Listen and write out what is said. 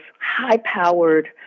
high-powered